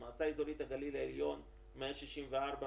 מועצה אזורית הגליל העליון 164,214,